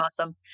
awesome